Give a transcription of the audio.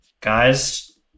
Guys